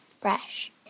fresh